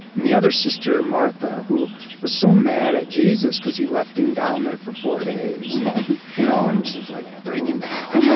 and the other sister, martha, who was so mad at jesus because he left him down there for four days right you know and she's like, bring him back.